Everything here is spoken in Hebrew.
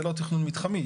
זה לא תכנון מתחמי,